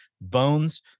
Bones